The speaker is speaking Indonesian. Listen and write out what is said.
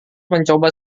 mencoba